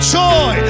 joy